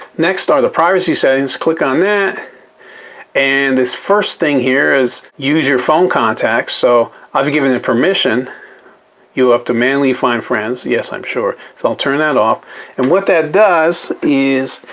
next are the privacy settings. click on that and this first thing here is, use your phone contacts so, i've given it permission you have to manually find friends. yes, i'm sure so i'll turn that off and what that does is,